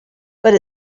but